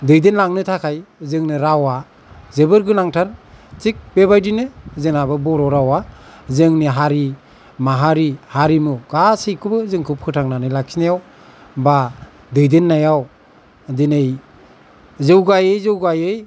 दैदेनलांनो थाखाय जोंनो रावआ जोबोर गोनांथार थिग बेबायदिनो जोंनाबो बर' रावआ जोंनि हारि माहारि हारिमु गासैखौबो जोंखौ फोथांना लाखिनायाव बा दैदेन्नायाव दिनै जौगायै जौगायै